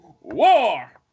War